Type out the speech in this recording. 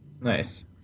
Nice